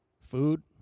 food